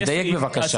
תדייק בבקשה.